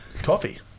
Coffee